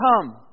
come